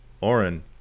Oren